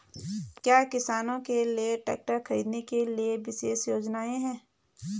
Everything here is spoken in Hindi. क्या किसानों के लिए ट्रैक्टर खरीदने के लिए विशेष योजनाएं हैं?